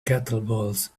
kettlebells